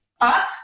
up